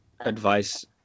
advice